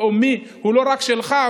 הוא לא רק שלך,